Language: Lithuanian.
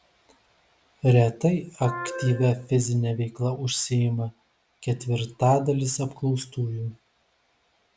retai aktyvia fizine veikla užsiima ketvirtadalis apklaustųjų